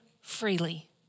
freely